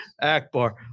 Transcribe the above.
Akbar